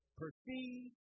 perceive